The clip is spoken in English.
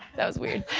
that was weird.